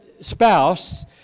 spouse